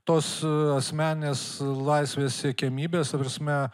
tos asmeninės laisvės siekiamybės ta prasme